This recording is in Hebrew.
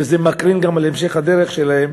וזה מקרין גם על המשך הדרך שלהם,